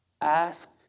Ask